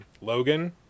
Logan